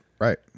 Right